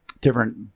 different